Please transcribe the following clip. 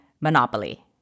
monopoly